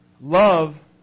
Love